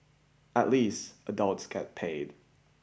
at least adults get paid